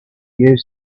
used